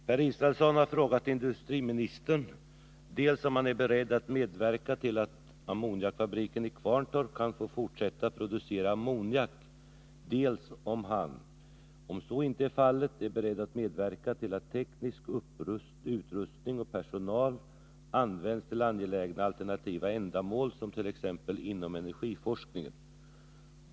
Fru talman! Per Israelsson har frågat industriministern dels om han är beredd att medverka till att ammoniakfabriken i Kvarntorp kan få fortsätta producera ammoniak, dels om han, om så inte är fallet, är beredd att medverka till att teknisk utrustning och personal används till angelägna alternativa ändamål som t.ex. inom energiforskningen.